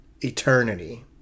eternity